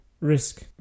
risk